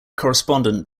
correspondent